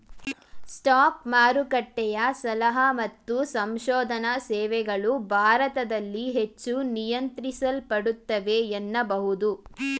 stock ಮಾರುಕಟ್ಟೆಯ ಸಲಹಾ ಮತ್ತು ಸಂಶೋಧನಾ ಸೇವೆಗಳು ಭಾರತದಲ್ಲಿ ಹೆಚ್ಚು ನಿಯಂತ್ರಿಸಲ್ಪಡುತ್ತವೆ ಎನ್ನಬಹುದು